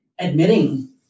admitting